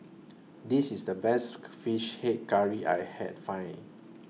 This IS The Best Fish Head Curry I heard finding